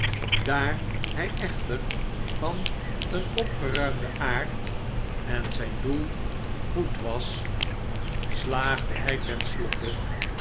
daar hij echter van een opgeruimden aard en zijn doel toelichtingen goed was slaagde hij